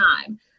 time